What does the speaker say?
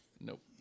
Nope